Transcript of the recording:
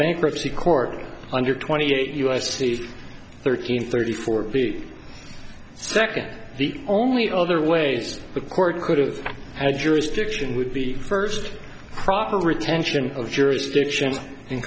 bankruptcy court under twenty eight u s cities thirteen thirty four feet so the only other way the court could have had jurisdiction would be first proper retention of jurisdictions in